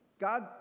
God